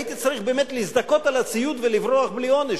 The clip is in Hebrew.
הייתי באמת צריך להזדכות על הציוד ולברוח בלי עונש.